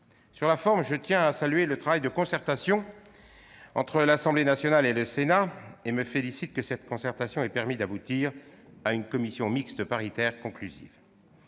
Sur la forme, je salue le travail de concertation entre l'Assemblée nationale et le Sénat et me félicite que cette concertation ait permis d'aboutir à une commission mixte paritaire conclusive.